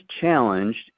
challenged